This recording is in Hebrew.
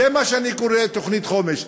זה מה שאני קורא "תוכנית חומש",